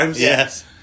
yes